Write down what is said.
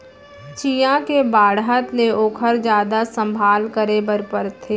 चियॉ के बाढ़त ले ओकर जादा संभाल करे बर परथे